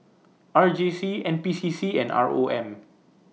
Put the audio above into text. R J C N P C C and R O M